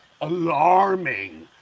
alarming